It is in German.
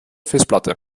festplatte